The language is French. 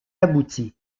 abouti